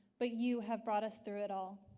but you have brought us through it all.